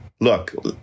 Look